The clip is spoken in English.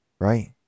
right